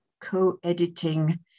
co-editing